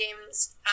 games